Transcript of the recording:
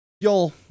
Y'all